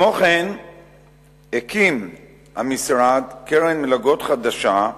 כמו כן הקים המשרד קרן מלגות חדשה,